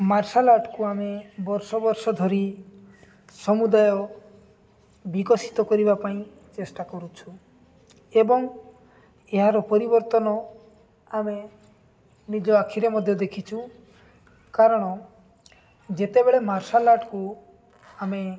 marshal ଆର୍ଟକୁ ଆମେ ବର୍ଷ ବର୍ଷ ଧରି ସମୁଦାୟ ବିକଶିତ କରିବା ପାଇଁ ଚେଷ୍ଟା କରୁଛୁ ଏବଂ ଏହାର ପରିବର୍ତ୍ତନ ଆମେ ନିଜ ଆଖିରେ ମଧ୍ୟ ଦେଖିଛୁ କାରଣ ଯେତେବେଳେ ମାର୍ଶାଲ୍ ଆର୍ଟକୁ ଆମେ